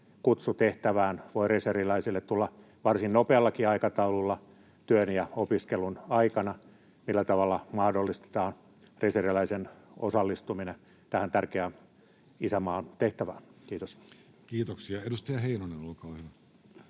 kutsu tehtävään voi reserviläiselle tulla varsin nopeallakin aikataululla työn ja opiskelun aikana. Millä tavalla mahdollistetaan reserviläisen osallistuminen tähän tärkeään isänmaan tehtävään? — Kiitos. Kiitoksia. — Edustaja Heinonen, olkaa hyvä.